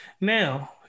Now